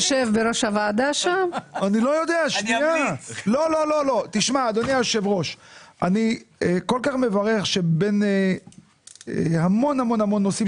אני כל כך מברך שבין המון נושאים